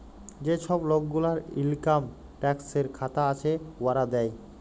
যে ছব লক গুলার ইলকাম ট্যাক্সের খাতা আছে, উয়ারা দেয়